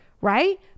right